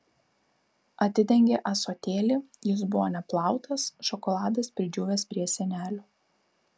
atidengė ąsotėlį jis buvo neplautas šokoladas pridžiūvęs prie sienelių